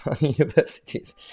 universities